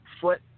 foot